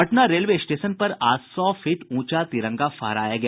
Patna railway station पर आज सौ फीट ऊँचा तिरंगा फहराया गया